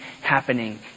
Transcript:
happening